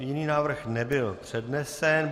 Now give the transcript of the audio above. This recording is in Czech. Jiný návrh nebyl přednesen.